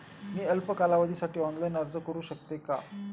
मी अल्प कालावधीसाठी ऑनलाइन अर्ज करू शकते का?